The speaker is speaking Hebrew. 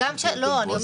את זה גם אני יודע.